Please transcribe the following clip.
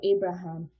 Abraham